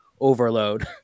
overload